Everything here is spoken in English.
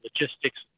logistics